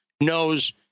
knows